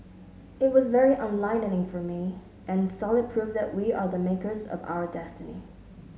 it was very enlightening for me and solid proof that we are the makers of our destiny